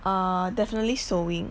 err definitely sewing